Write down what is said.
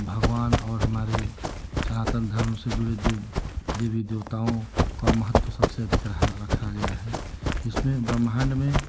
भगवान और हमारे सनातन धर्म से जुड़े देवी देवताओं का महत्व सबसे अधिक रहा रक्खा गया है इसमें ब्रह्माण्ड में